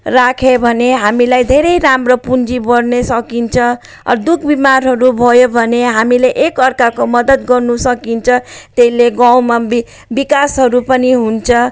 राख्यौैँ भने हामीलाई धेरै राम्रो पुँजी बढ्ने सकिन्छ दुःखबिमारहरू भयो भने हामीले एकाअर्काको मदत गर्नु सकिन्छ त्यसले गाउँमा वि विकासहरू पनि हुन्छ